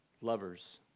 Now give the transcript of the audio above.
Lovers